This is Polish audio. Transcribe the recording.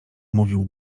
mówił